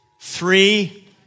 Three